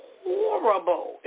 horrible